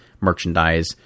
merchandise